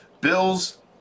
Bills